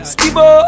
Skibo